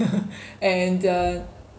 and uh